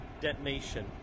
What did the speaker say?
detonation